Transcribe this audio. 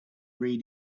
read